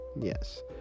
yes